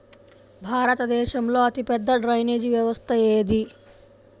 భారతదేశంలో అతిపెద్ద డ్రైనేజీ వ్యవస్థ ఏది?